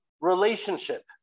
relationship